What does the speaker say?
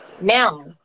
Now